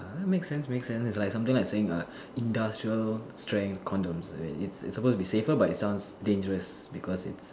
uh that makes sense makes sense it's like something like saying uh industrial strength condoms it's it's supposed to be safer but it sounds dangerous because it's